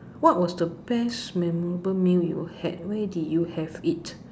what was the best memorable meal you had where did you have it